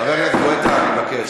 חבר הכנסת גואטה, אני מבקש,